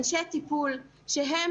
אנשי טיפול שלהם